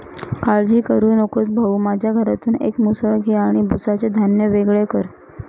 काळजी करू नकोस भाऊ, माझ्या घरातून एक मुसळ घे आणि भुसाचे धान्य वेगळे कर